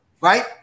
Right